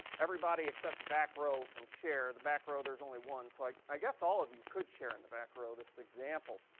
everybody except the back row can share. the back row there's only one. so like i guess all of you could share in the back row this example.